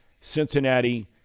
Cincinnati